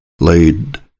laid